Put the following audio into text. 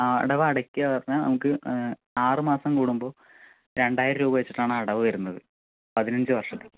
ആ അടവ് അടയ്ക്കുകാന്ന് പറഞ്ഞാൽ നമുക്ക് ആറ് മാസം കൂടുമ്പോൾ രണ്ടായിരം രൂപ വെച്ചിട്ടാണ് അടവ് വരുന്നത് പതിനഞ്ച് വർഷം